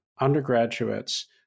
undergraduates